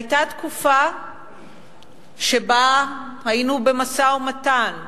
היתה תקופה שבה היינו במשא-ומתן,